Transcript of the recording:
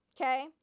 okay